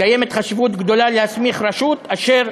יש חשיבות גדולה להסמיך רשות אשר